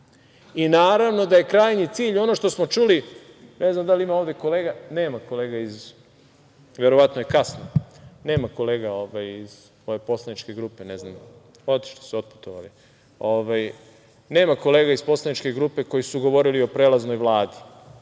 i naravno da je krajnji cilj ono što smo čuli, ne znam da li ima ovde kolega, nema kolega, verovatno je kasno, nema kolega iz poslaničke grupe, ne znam, otišli su, otputovali, nema kolega iz poslaničke grupe koji su govorili o prelaznoj Vladi.